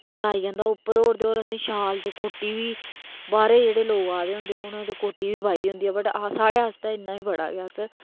मजा आई जंदा उप्पर और असेंगी शैल ते कोटी बी बाहरे दा जेहड़े लोग आंदे ते उनें ते कोटी बी पाई दी होंदी ऐ पर साढ़े आस्तै इन्ना बी बड़ा ऐ